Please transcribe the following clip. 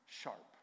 sharp